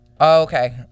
okay